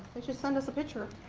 should send us a picture.